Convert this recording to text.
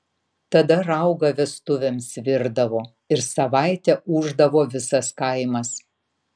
tada raugą vestuvėms virdavo ir savaitę ūždavo visas kaimas